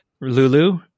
lulu